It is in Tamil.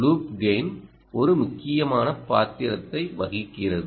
லூப் கெய்ன் ஒரு முக்கியமான பாத்திரத்தை வகிக்கிறது